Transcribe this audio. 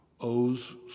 owes